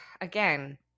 again